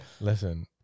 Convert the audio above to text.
Listen